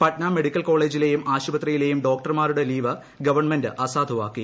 Patna medical കോളേജിലെയും ആശുപത്രിയിലെയും ഡോക്ടർമാരുടെ ലീവ് ഗവൺമെന്റ് അസാധുവാക്കി